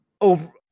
over